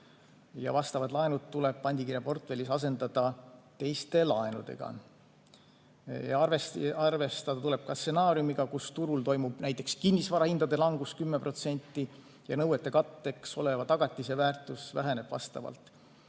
Vastavad laenud tuleb pandikirjaportfellis asendada teiste laenudega. Arvestada tuleb ka stsenaariumiga, kus turul toimub näiteks kinnisvarahindade langus 10% ja nõuete katteks oleva tagatise väärtus väheneb vastavalt.